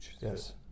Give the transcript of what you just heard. Yes